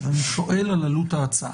אני שואל על עלות ההצעה.